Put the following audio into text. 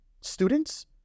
students